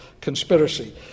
conspiracy